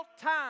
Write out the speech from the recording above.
time